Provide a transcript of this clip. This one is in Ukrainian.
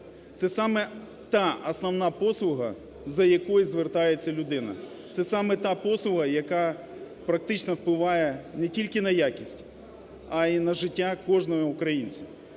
Це саме та основна послуга, за якою звертається людина. Це саме та послуга, яка практично впливає не тільки на якість, а й на життя кожного українця.